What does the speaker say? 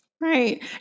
Right